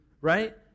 right